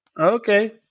Okay